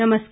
नमस्कार